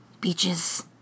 Beaches